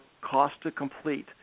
cost-to-complete